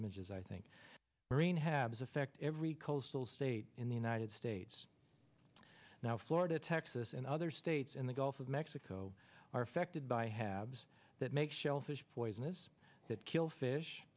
is affect every coastal state in the united states now florida texas and other states in the gulf of mexico are affected by halves that make shellfish poisonous that kill fish